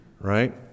Right